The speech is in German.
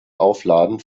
aufladen